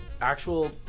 actual